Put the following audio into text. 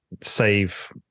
save